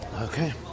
Okay